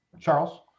Charles